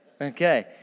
Okay